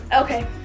Okay